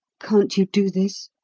can't you do this?